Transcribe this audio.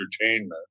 entertainment